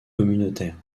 communautaires